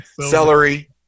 Celery